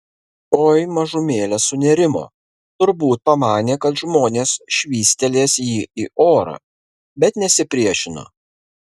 oi mažumėlę sunerimo turbūt pamanė kad žmonės švystelės jį į orą bet nesipriešino